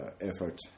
effort